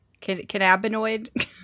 Cannabinoid